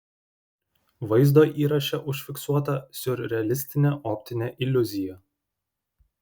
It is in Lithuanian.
vaizdo įraše užfiksuota siurrealistinė optinė iliuzija